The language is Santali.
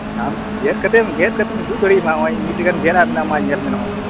ᱟᱢ ᱜᱮᱫ ᱠᱟᱛᱮ ᱟᱢ ᱜᱮᱫ ᱠᱟᱛᱮᱧ ᱩᱫᱩᱜᱽ ᱫᱟᱲᱮᱭᱟᱢᱟ ᱱᱚᱜᱚᱭ ᱢᱤᱫᱴᱮᱝ ᱜᱟᱱ ᱜᱮᱫᱼᱟᱜ ᱢᱮᱱᱟᱜᱼᱟ ᱢᱟ ᱧᱮᱞ ᱢᱮ ᱱᱚᱜᱼᱚᱭ